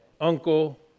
uncle